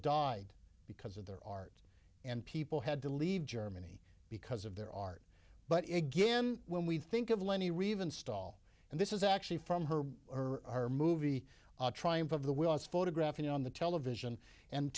died because of their art and people had to leave germany because of their art but again when we think of lenny reeve install and this is actually from her or her movie triumph of the will i was photographing on the television and